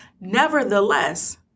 Nevertheless